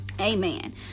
Amen